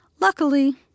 Luckily